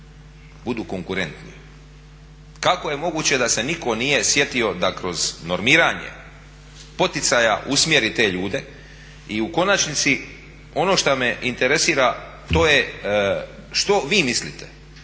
budu konkurentni. Kako je moguće da se nitko nije sjetio da kroz normiranje poticaja usmjeri te ljude? I u konačnici ono što me interesira to je što vi mislite,